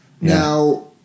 Now